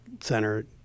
center